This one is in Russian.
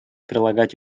прилагать